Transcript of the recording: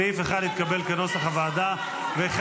סעיף 1, כנוסח הוועדה, התקבל.